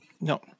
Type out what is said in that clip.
no